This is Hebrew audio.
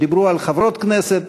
שדיברו על חברות הכנסת,